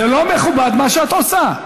זה לא מכובד, מה שאת עושה.